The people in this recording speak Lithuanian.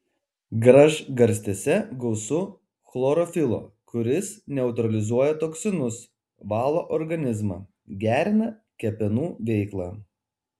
gražgarstėse gausu chlorofilo kuris neutralizuoja toksinus valo organizmą gerina kepenų veiklą